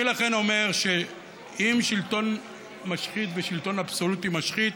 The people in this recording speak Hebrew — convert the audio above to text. אני אומר שאם שלטון משחית ושלטון אבסולוטי משחית,